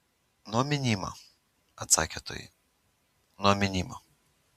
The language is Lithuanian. nuo mynimo atsakė toji nuo mynimo